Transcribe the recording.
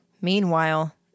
Meanwhile